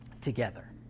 together